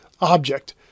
object